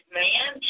man